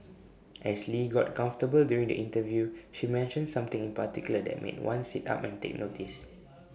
as lee got comfortable during the interview she mentioned something in particular that made one sit up and take notice